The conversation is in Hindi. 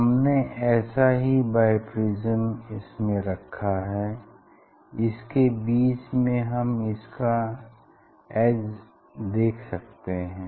हमने ऐसा ही बाइप्रिज्म इसमें रखा है इसके बीच में हम इसका एज देख सकते हैं